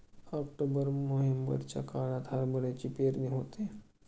October नोव्हेंबरच्या काळात हरभऱ्याची पेरणी होते